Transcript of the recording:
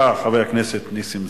בבקשה, חבר הכנסת נסים זאב.